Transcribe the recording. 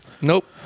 Nope